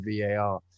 VAR